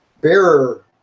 bearer